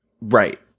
right